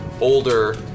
older